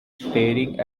staring